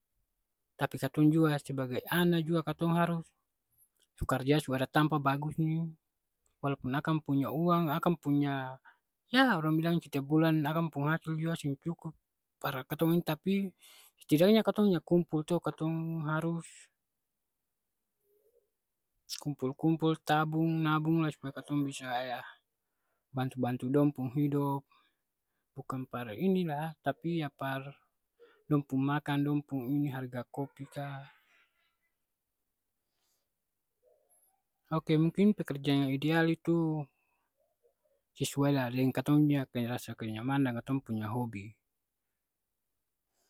Tapi katong jua sebagai ana jua katong harus su karja su ada tampa bagus ni, walaupun akang punya uang, akang punya yah orang bilang setiap bulan akang pung hasil jua seng cukup par katong, tapi setidaknya katong hanya kumpul to, katong harus kumpul-kumpul tabung, nabung la supaya katong bisa bantu-bantu dong pung hidop, bukang par e ini lah tapi ya par dong pung makang, dong pung ini harga kopi ka. Oke mungkin pekerjaan yang ideal itu sesuai lah deng katong punya kaya rasa kenyamanan deng katong punya hobi.